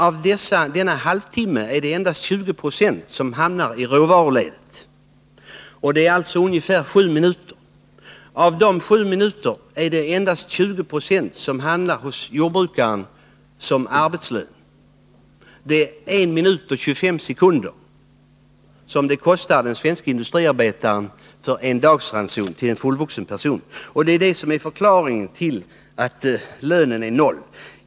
Av denna halvtimme är det nämligen endast 20 96, ungefär 7 minuter, som hamnar i råvaruledet. Av dessa 7 minuter är det endast 20 96 som hamnar hos jordbrukaren såsom arbetslön. En minut och 25 sekunder kostar det den svenske industriarbetaren att tjäna in jordbrukarnas arbetslön för en dagsranson till en fullvuxen person. Det är det som är förklaringen till att lönen blir 0 för jordbrukaren.